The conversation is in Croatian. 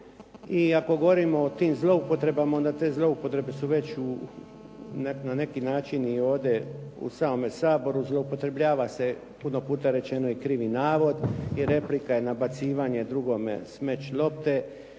i ako govorimo o tim zloupotrebama onda te zloupotrebe su već na neki način ovdje u samom Saboru. Zloupotrebljava se puno puta je rečeno i krivi navod i replika i nabacivanje drugome smeč lopte